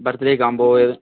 birthday combo